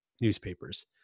newspapers